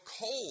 cold